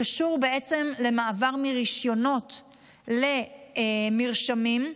שקשור למעבר מרישיונות למרשמים,